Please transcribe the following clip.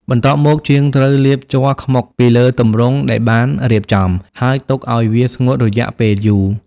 បន្ទាប់មក ជាងត្រូវ លាបជ័រខ្មុក ពីលើទម្រង់ដែលបានរៀបចំ ហើយទុកឱ្យវាស្ងួតរយៈពេលយូរ។